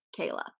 Kayla